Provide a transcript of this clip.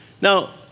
Now